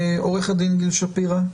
עו"ד גיל שפירא,